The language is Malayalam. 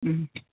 മ്മ്